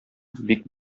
бик